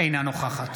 אינה נוכחת